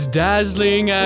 dazzling